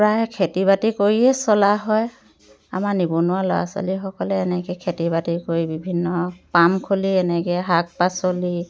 প্ৰায় খেতি বাতি কৰিয়ে চলা হয় আমাৰ নিবনুৱা ল'ৰা ছোৱালীসকলে এনেকৈ খেতি বাতি কৰি বিভিন্ন পাম খুলি এনেকৈ শাক পাচলি